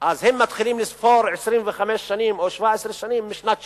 אז הם מתחילים לספור 25 או 17 שנים משנת 1960,